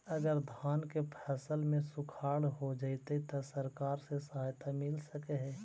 अगर धान के फ़सल में सुखाड़ होजितै त सरकार से सहायता मिल सके हे?